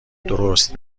درست